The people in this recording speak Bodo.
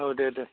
औ दे दे